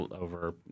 over